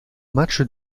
matchs